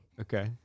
Okay